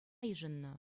йышӑннӑ